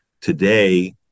Today